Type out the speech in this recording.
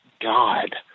god